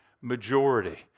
majority